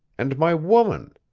and my woman.